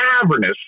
cavernous